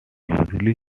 usually